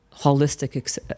holistic